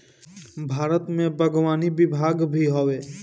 भारत में बागवानी विभाग भी हवे